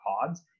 pods